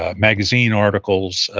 ah magazine articles,